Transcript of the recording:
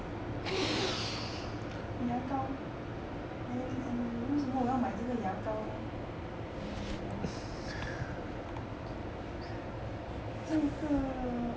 牙膏 err 为什么我要买这个牙膏 leh err 这个